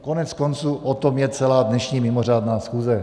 Koneckonců o tom je celá dnešní mimořádná schůze.